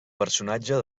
personatge